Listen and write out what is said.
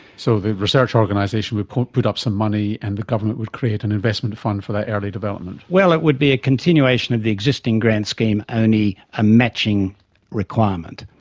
so the research organisation would put up some money and the government would create an investment fund for that early development. well, it would be a continuation of the existing grant scheme, only a matching requirement,